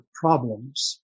problems